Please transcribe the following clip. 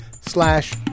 slash